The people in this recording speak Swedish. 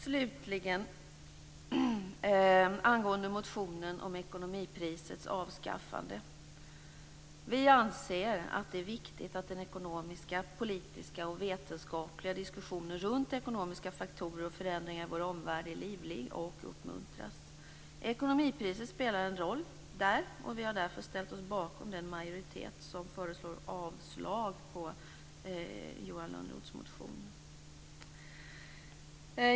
Slutligen angående motionen om ekonomiprisets avskaffande: Vi anser att det är viktigt att den ekonomiska, politiska och vetenskapliga diskussionen runt ekonomiska faktorer och förändringar i vår omvärld är livlig och uppmuntras. Ekonomipriset spelar där en roll. Vi har därför ställt oss bakom den majoritet som föreslår avslag på Johan Lönnroths motion.